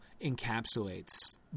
encapsulates